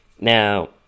Now